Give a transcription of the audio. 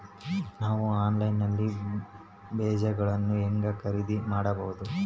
ನಾವು ಆನ್ಲೈನ್ ನಲ್ಲಿ ಬೇಜಗಳನ್ನು ಹೆಂಗ ಖರೇದಿ ಮಾಡಬಹುದು?